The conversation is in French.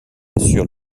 assure